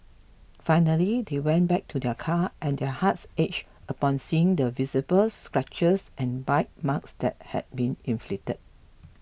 finally they went back to their car and their hearts ached upon seeing the visible scratches and bite marks that had been inflicted